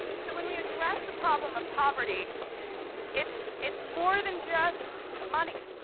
so when we address the problem of poverty it's it's more than just money.